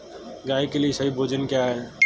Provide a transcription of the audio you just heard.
गाय के लिए सही भोजन क्या है?